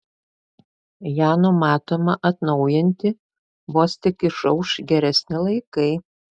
ją numatoma atnaujinti vos tik išauš geresni laikai